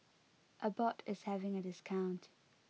Abbott is having a discount